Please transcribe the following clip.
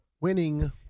Winning